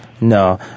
No